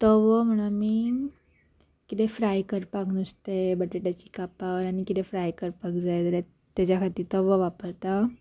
तवो म्हण कितें फ्राय करपाक नुस्तें बटाटाची आनी कितें फ्राय करपाक जाय जाल्या तेज्या खातीर तवो वापरता